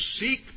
seek